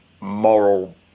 moral